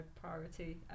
priority